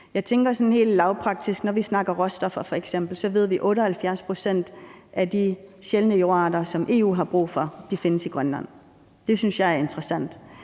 helt lavpraktisk. Når vi f.eks. snakker råstoffer, ved vi, at 78 pct. af de sjældne jordarter, som EU har brug for, findes i Grønland. Det synes jeg er interessant.